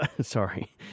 Sorry